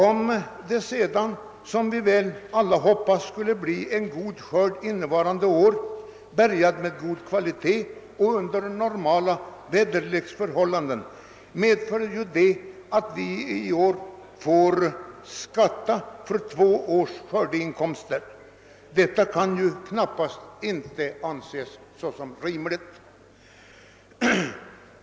Om det sedan, som vi väl alla vill tro skulle bli en god skörd innevarande år, bärgad med god kvalitet och under normala väderleksförhållanden, medför detta att jordbrukarna i år får skatta för två års skördeinkomster. Detta kan knappast anses rimligt.